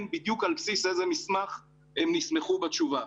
בדיוק על בסיס איזה מסמך הם נסמכו בתשובה.